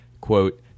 quote